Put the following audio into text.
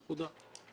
נקודה.